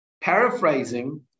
paraphrasing